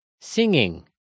Singing